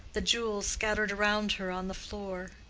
the jewels scattered around her on the floor.